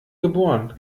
geboren